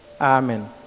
Amen